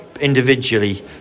individually